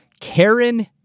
Karen